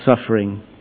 suffering